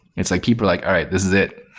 it's like people are like, all right. this is it.